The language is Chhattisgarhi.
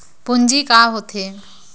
पूंजी का होथे?